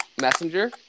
Messenger